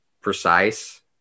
precise